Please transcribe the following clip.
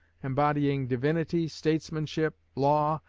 embodying divinity, statesmanship, law,